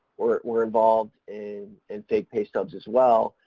were were involved in and fake pay stubs as well,